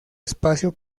espacio